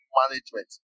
management